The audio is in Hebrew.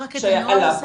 לצורך שעלה פה.